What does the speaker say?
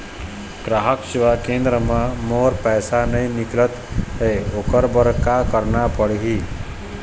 ग्राहक सेवा केंद्र म मोर पैसा नई निकलत हे, ओकर बर का करना पढ़हि?